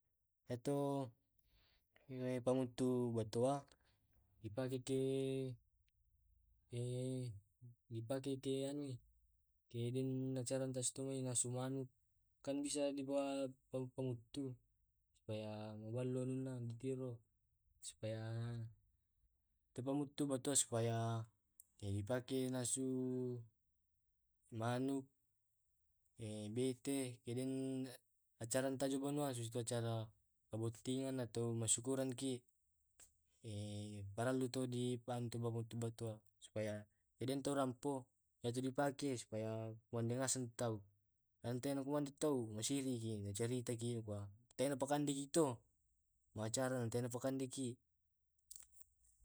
Iya to pamuttu batoa di pake ke ke dipake ke anui ke den acara den acara tum ai nassu manuk kan bisa di bawa pamuttu supaya mabalo anuna di tiro supaya itu pammutu batoa supaya di pake nassu manuk e bete eke den tajun banoa susaito acara botingan atau ma sukuran ki paralu to di bantu pammutu batua, supaya edentu rampo iya to di pake supaya wande ngaseng tau, yante ku ngande tau masiriki nacaritaki duka tena pakande ki to, ma acara na tena pakandeki.